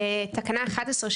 תקנה 11,